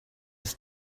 his